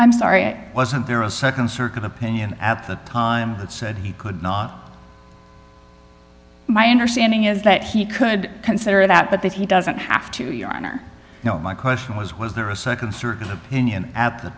i'm sorry i wasn't there a nd circuit opinion at the time that said he could not my understanding is that he could consider that but that he doesn't have to your honor my question was was there a nd circuit opinion at the